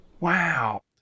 Wow